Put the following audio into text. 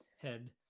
head